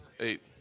Eight